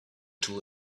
two